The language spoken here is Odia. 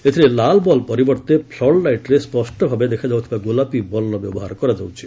ଏଥିରେ ଲାଲ୍ ବଲ୍ ପରିବର୍ତ୍ତେ ଫ୍ଲଡ୍ ଲାଇଟ୍ରେ ସ୍ୱଷ୍ଟଭାବେ ଦେଖା ଯାଉଥିବା ଗୋଲାପୀ ବଲ୍ର ବ୍ୟବହାର କରାଯାଉଛି